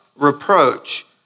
Reproach